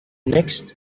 next